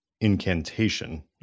incantation